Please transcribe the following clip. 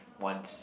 once